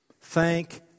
Thank